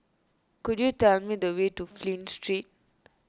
could you tell me the way to Flint Street